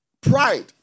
pride